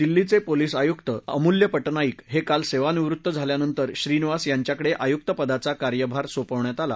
दिल्लीचे पोलिस आयुक्त अमूल्य पञाईक हे काल सेवानिवृत्त झाल्यानंतर श्रीनिवास यांच्याकडे आयुक्त पदाचा अतिरिक्त कार्यभार सोपवण्यात आला